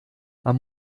man